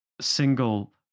single